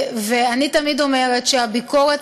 אני תמיד אומרת שהביקורת,